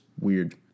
weird